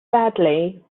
sadly